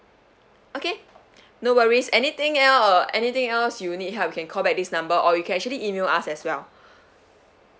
okay no worries anything else uh anything else you need help you can call back this number or you can actually email us as well